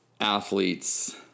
athletes